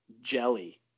jelly